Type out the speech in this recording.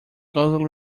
closely